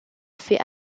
fait